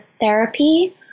therapy